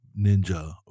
Ninja